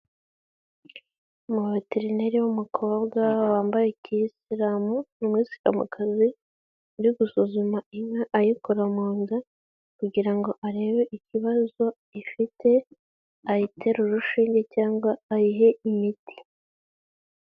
Umuveterineri w'umukobwa wambaye kiyisilamu, ni umusilamukazi uri gusuzuma inka ayikora mu nda kugira ngo arebe ikibazo ifite ayitere urushinge cyangwa ayihe imiti.